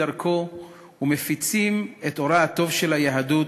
דרכו ומפיצים את אורה הטוב של היהדות,